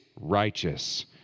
righteous